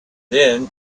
then